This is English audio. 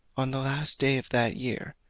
on the last day of that year,